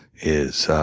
is